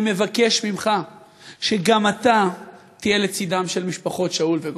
אני מבקש ממך שגם אתה תהיה לצדן של משפחות שאול וגולדין.